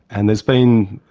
and there's been,